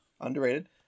Underrated